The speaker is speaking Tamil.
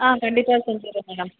ஆ கண்டிப்பாக செஞ்சிடறேன் மேடம்